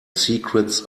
secrets